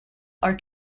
are